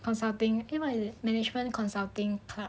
consulting 另外 management consulting part